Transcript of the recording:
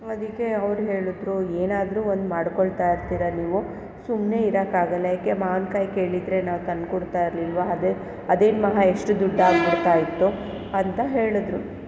ಅದಕ್ಕೆ ಅವ್ರು ಹೇಳಿದ್ರು ಏನಾದರೂ ಒಂದು ಮಾಡ್ಕೊಳ್ತಾ ಇರ್ತೀರ ನೀವು ಸುಮ್ಮನೆ ಇರೋಕೆ ಆಗಲ್ಲೇಕೆ ಮಾವಿನ ಕಾಯಿ ಕೇಳಿದರೆ ನಾವು ತಂದು ಕೊಡ್ತಾ ಇರಲಿಲ್ವ ಅದೆ ಅದೇನು ಮಹಾ ಎಷ್ಟು ದುಡ್ಡು ಆಗಿಬಿಡ್ತಾ ಇತ್ತು ಅಂತ ಹೇಳಿದ್ರು